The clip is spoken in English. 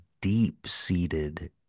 deep-seated